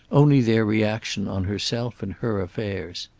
only their reaction on herself and her affairs.